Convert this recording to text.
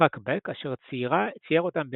יצחק בק אשר צייר אותם בתש"י.